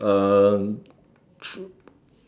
uh true